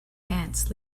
ants